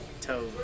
toe